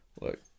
look